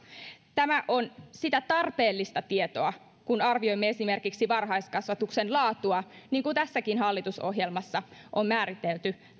tämä on sitä tarpeellista tietoa kun arvioimme esimerkiksi varhaiskasvatuksen laatua niin kuin tässäkin hallitusohjelmassa on määritelty